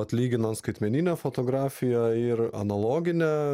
vat atlyginant skaitmeninę fotografiją ir analoginę